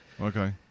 Okay